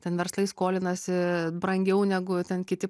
ten verslai skolinasi brangiau negu ten kiti